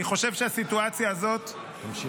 אני חושב שהסיטואציה הזאת --- תמשיך.